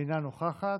אינה נוכחת,